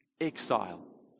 exile